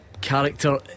character